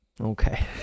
Okay